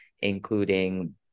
including